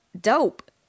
dope